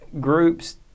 Groups